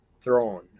throne